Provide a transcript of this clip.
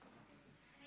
ישראל.